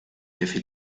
café